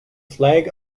flag